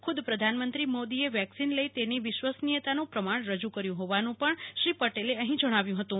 ખુદ પ્રધાનમંત્રી મોદી એ વેક્સિન લઈ તેની વિશ્વસનીયતાનું પ્રમાણ રજૂ કર્યું હોવાનું પણ શ્રી પટેલે અહી જણાવ્યુ હતું